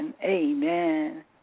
Amen